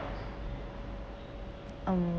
um